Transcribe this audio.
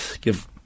give